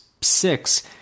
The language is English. six